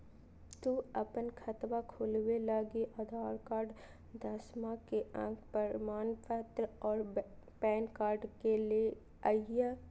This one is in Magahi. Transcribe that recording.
तू अपन खतवा खोलवे लागी आधार कार्ड, दसवां के अक प्रमाण पत्र, पैन कार्ड ले के अइह